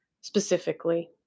specifically